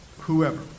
whoever